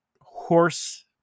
horse